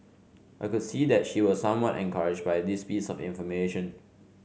I could see that she was somewhat encouraged by this piece of information